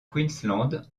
queensland